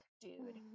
dude